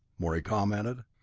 morey commented.